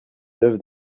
neuve